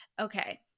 Okay